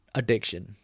addiction